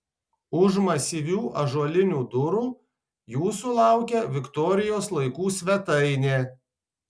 už masyvių ąžuolinių durų jūsų laukia viktorijos laikų svetainė